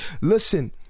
listen